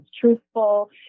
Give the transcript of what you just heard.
truthful